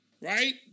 right